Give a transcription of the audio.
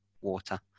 water